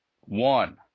One